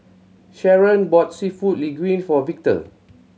Sharron bought Seafood Linguine for Victor